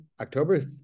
October